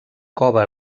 cova